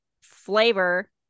flavor